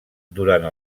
durant